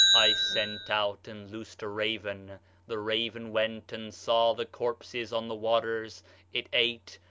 i sent out and loosed a raven the raven went and saw the corpses on the waters it ate,